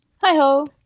Hi-ho